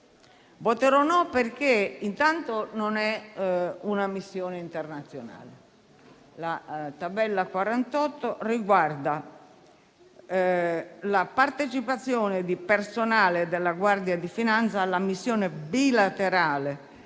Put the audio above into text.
perché non è una missione internazionale. La scheda n. 48 riguarda la partecipazione di personale della Guardia di finanza alla missione bilaterale